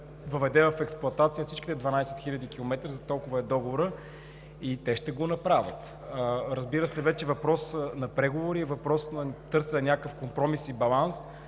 въведе в експлоатация всичките 12 хил. км – за толкова е договорът, и те ще го направят. Разбира се, вече е въпрос на преговори и въпрос на търсене на някакъв компромис и баланс